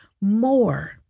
more